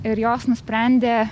ir jos nusprendė